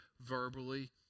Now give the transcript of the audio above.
verbally